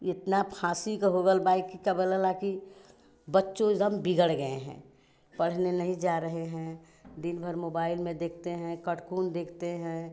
यह इतना फाँसी का होगल बाए कि का बोला ला कि बच्चों एक दम बिगड़ गए हैं पढ़ने नहीं जा रहे हैं दिन भर मोबाइल में देखते हैं कटकून देखते हैं